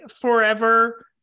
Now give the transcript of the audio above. forever